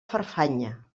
farfanya